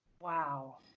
Wow